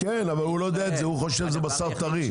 -- כן אבל הוא לא יודע את זה הוא חושב זה בשר טרי.